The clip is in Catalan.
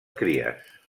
cries